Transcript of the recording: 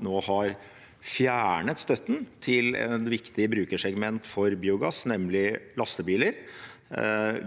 nå har fjernet støtten til et viktig brukersegment for biogass, nemlig lastebiler?